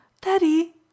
Daddy